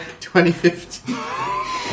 2015